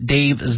Dave